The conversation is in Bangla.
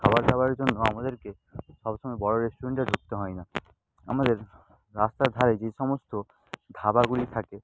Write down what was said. খাবার দাবারের জন্য আমাদেরকে সবসময় বড় রেস্টুরেন্টে ঢুকতে হয় না আমাদের রাস্তার ধারে যে সমস্ত ধাবাগুলি থাকে